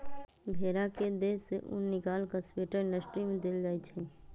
भेड़ा के देह से उन् निकाल कऽ स्वेटर इंडस्ट्री में देल जाइ छइ